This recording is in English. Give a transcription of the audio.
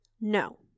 no